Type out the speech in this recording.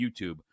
YouTube